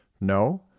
No